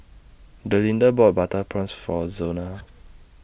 Delinda bought Butter Prawns For Zona